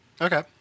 Okay